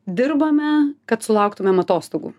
dirbame kad sulauktumėm atostogų